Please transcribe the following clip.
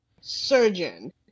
surgeon